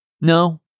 No